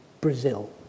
Brazil